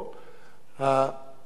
המחיר יהיה